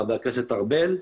חבר הכנסת ארבל,